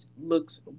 looks